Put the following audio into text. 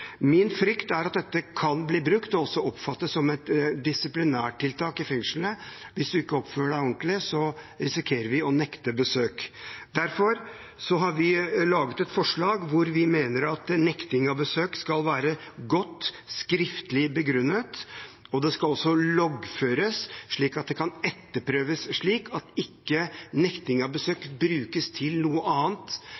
Min frykt er at dette kan bli brukt og også oppfattes som et disiplinærtiltak i fengslene. Hvis man ikke oppfører seg ordentlig, risikerer man å nektes besøk. Derfor har vi laget et forslag hvor vi mener at nekting av besøk skal være godt skriftlig begrunnet. Det skal også loggføres slik at det kan etterprøves, og slik at nekting av besøk ikke